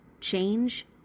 change